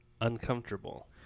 uncomfortable